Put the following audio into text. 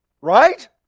Right